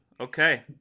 okay